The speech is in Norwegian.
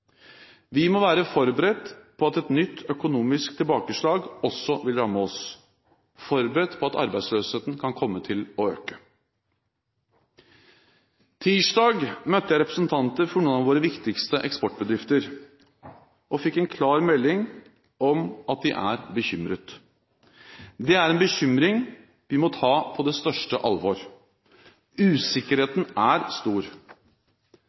Vi må være forberedt på at et nytt økonomisk tilbakeslag også vil ramme oss, forberedt på at arbeidsløsheten kan komme til å øke. Tirsdag møtte jeg representanter for noen av våre viktigste eksportbedrifter og fikk en klar melding om at de er bekymret. Det er en bekymring vi må ta på det største alvor. Usikkerheten er stor.